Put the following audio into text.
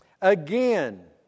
Again